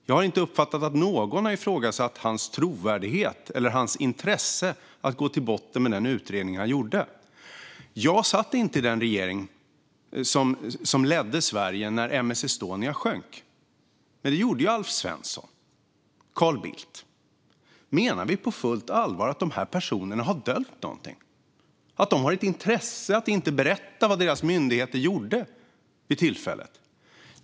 Jag har inte uppfattat att någon har ifrågasatt hans trovärdighet eller hans intresse av att gå till botten med den utredning han gjorde. Jag satt inte i den regering som ledde Sverige när M/S Estonia sjönk. Men det gjorde Alf Svensson och Carl Bildt. Menar vi på fullt allvar att dessa personer har dolt någonting, att de har ett intresse av att inte berätta vad deras myndigheter gjorde vid tillfället?